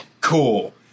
cool